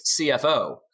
CFO